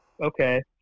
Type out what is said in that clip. okay